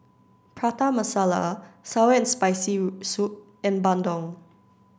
Prata Masala Sour and Spicy Soup and Bandung